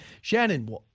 Shannon